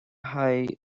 haghaidh